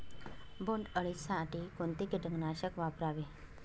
बोंडअळी साठी कोणते किटकनाशक वापरावे?